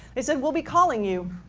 they said, we'll be calling you.